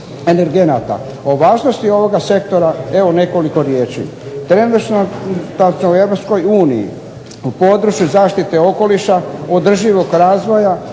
O važnosti ovoga sektora evo nekoliko riječi. Trenutačno u Europskoj uniji u području zaštite okoliša, održivog razvoja